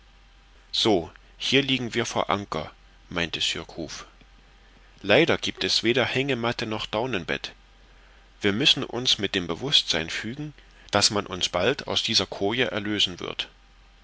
so hier liegen wir vor anker meinte surcouf leider gibt es weder hängematte noch daunenbett wir müssen uns mit dem bewußtsein fügen daß man uns bald aus dieser koje erlösen wird